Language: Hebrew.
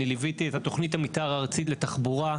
אני ליוויתי את תכנית המתאר הארצית לתחבורה,